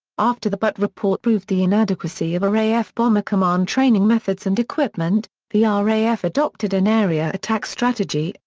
after the butt report proved the inadequacy of raf bomber command training methods and equipment, the ah raf adopted an area-attack strategy,